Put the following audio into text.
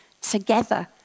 together